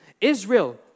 Israel